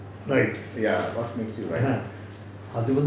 write